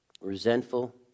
Resentful